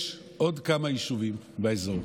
יש עוד כמה יישובים באזור,